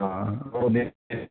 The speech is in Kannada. ಆಂ